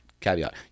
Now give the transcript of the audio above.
caveat